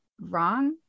wrong